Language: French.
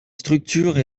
structure